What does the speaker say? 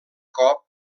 cop